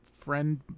friend